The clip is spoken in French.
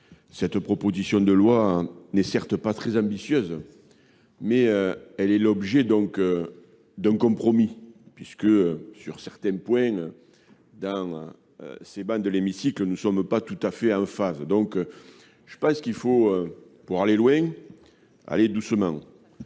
cette proposition de loi n'est certes pas très ambitieuse, mais elle est l'objet donc d'un compromis puisque, sur certains points, dans ces bannes de l'hémicycle, nous ne sommes pas tout à fait en phase. Donc, je pense qu'il faut, pour aller loin, aller doucement.